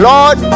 Lord